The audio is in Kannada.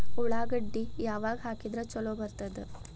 ಉಳ್ಳಾಗಡ್ಡಿ ಯಾವಾಗ ಹಾಕಿದ್ರ ಛಲೋ ಬರ್ತದ?